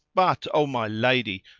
but, o my lady,